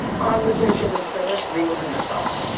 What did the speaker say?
conversation is finished. we will do the song.